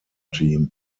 team